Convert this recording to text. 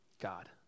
God